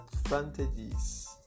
advantages